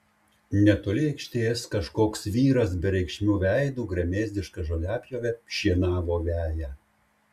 netoli aikštės kažkoks vyras bereikšmiu veidu gremėzdiška žoliapjove šienavo veją